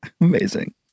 Amazing